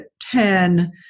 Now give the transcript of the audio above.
ten